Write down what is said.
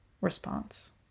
response